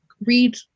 read